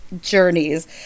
journeys